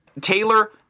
Taylor